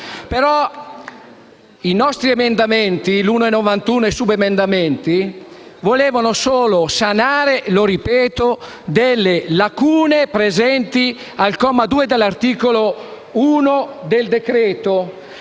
i nostri emendamenti, l'1.91 e i subemendamenti, volevano solo sanare, lo ripeto, le lacune presenti al comma 2 dell'articolo 1 del decreto-legge